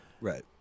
Right